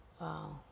wow